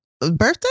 birthday